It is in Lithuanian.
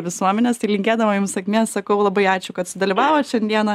visuomenės tai linkėdama jums sėkmės sakau labai ačiū kad sudalyvavot šiandieną